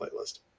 playlist